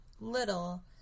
Little